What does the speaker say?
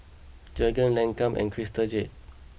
Jergens Lancome and Crystal Jade